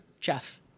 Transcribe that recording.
Jeff